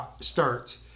starts